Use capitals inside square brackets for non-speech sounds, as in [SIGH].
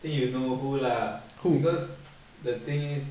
think you know who lah who because [NOISE] the thing is